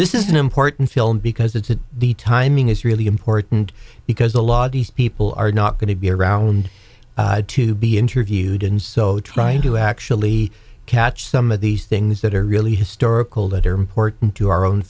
this is an important film because it's the timing is really important because a lot of these people are not going to be around to be interviewed and so trying to actually catch some of these things that are really historical that are important to our own